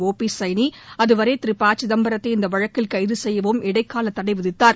ஓ P லசனி அதுவரை திரு பசிதம்பரத்தை இந்த வழக்கில் கைது செய்யவும் இடைக்காலத்தடை விதித்தார்